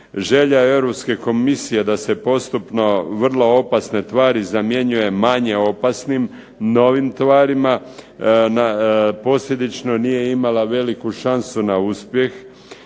Želja je Europske komisije da se postupno vrlo opasne tvari zamjenjuje manje opasnim, novim tvarima. Posljedično nije imala veliku šansu na uspjeh,